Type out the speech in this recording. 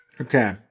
Okay